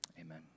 Amen